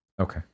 Okay